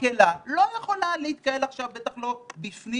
מקהלה לא יכולה להתקהל עכשיו, בטח לא בפנים.